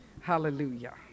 hallelujah